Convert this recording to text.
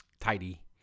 Tidy